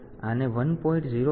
તેથી આને 1